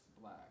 black